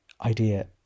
idea